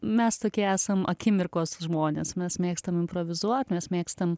mes tokie esam akimirkos žmonės mes mėgstam improvizuot mes mėgstam